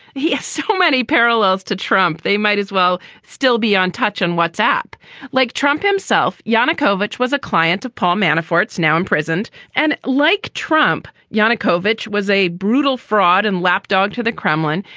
he has so many parallels to trump. they might as well still be on touch on what's app like trump himself, yanukovich was a client of paul manafort's, now imprisoned and like trump. yanukovych was a brutal fraud and lapdog to the kremlin.